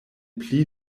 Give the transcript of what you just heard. pli